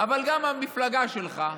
אבל גם המפלגה שלך,